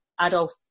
Adolf